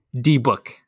D-Book